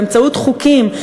באמצעות חוקים,